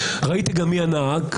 ראיתי גם מי הנהג,